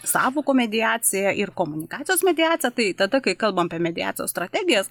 sąvokų mediaciją ir komunikacijos mediaciją tai tada kai kalbam apie mediacijos strategijas